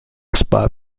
spot